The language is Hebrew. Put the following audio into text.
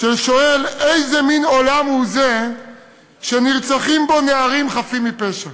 ששואל איזה מין עולם הוא זה שנרצחים בו נערים חפים מפשע,